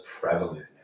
prevalent